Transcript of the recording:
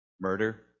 murder